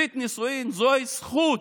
ברית נישואים זוהי זכות.